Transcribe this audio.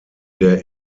der